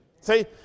See